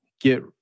get